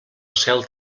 cel